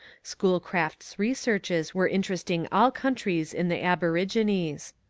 schoolcraft's researches were interesting all countries in the aborigines.